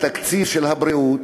תקציב הבריאות,